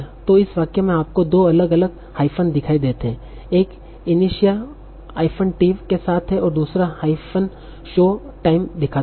तो इस वाक्य में आपको दो अलग अलग हाइफ़न दिखाई देते हैं एक इनिसिया टिव के साथ है और दूसरा हाइफ़न शो टाइम दिखाता है